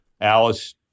Alice